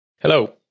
Hello